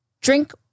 drink